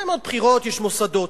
מתקיימות בחירות, יש מוסדות.